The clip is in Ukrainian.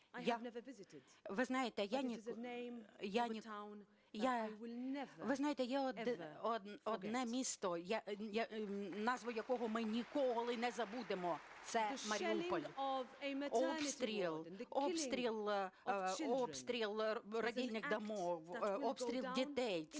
Ви знаєте, є одне місто, назву якого ми ніколи не забудемо – це Маріуполь. Обстріл пологових будинків, обстріл дітей – це